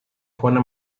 juana